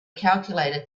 calculator